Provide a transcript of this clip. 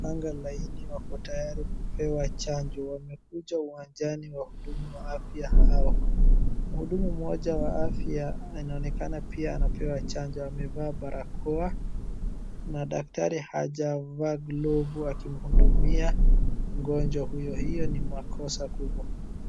Kupanga laini wako tayari kupewa chanjo wamekuja uwanjani wa huduma wa afya hao. Mhudumu mmoja wa afya inaonekana pia anapewa chanjo. Amevaa barakoa, na daktari hajava glovu akimhudumia ugonjwa huyo. Hiyo ni makosa kubwa.